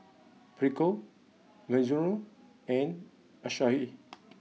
Prego Mizuno and Asahi